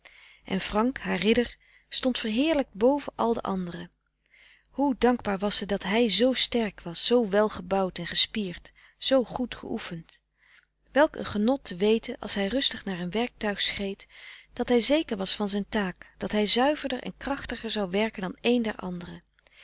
en frank haar ridder stond verheerlijkt boven al de anderen hoe dankbaar was ze dat hij zoo sterk was zoo welgebouwd en gespierd zoo goed geoefend welk een genot te weten als hij rustig naar een werktuig schreed dat hij zeker was van zijn taak dat hij zuiverder en krachtiger zou werken dan een der anderen